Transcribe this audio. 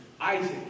Isaac